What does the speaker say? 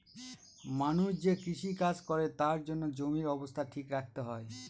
মানুষ যে কৃষি কাজ করে তার জন্য জমির অবস্থা ঠিক রাখতে হয়